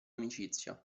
amicizia